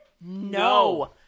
No